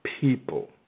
people